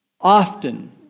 Often